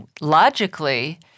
logically